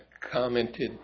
commented